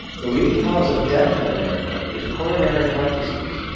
the leading cause of death in america is coronary heart disease,